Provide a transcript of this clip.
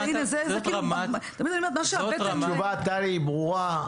טלי, התשובה היא ברורה.